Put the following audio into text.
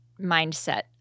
mindset